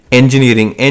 engineering